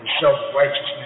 self-righteousness